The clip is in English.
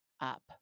up